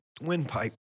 windpipe